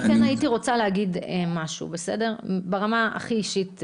אני רוצה להגיד משהו, ברמה הכי אישית: